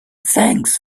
thanks